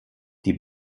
die